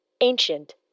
ancient